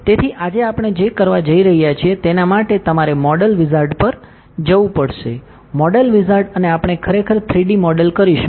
તેથી આજે આપણે જે કરવા જઇ રહ્યા છીએ તેના માટે તમારે મોડલ વિઝાર્ડ પર જવું પડશે મોડેલ વિઝાર્ડ અને આપણે ખરેખર 3D મોડેલ કરીશું